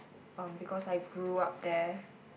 um because I grew up there